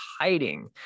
hiding